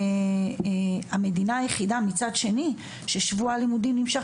היא המדינה היחידה ששבוע הלימודים נמשך